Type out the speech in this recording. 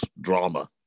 drama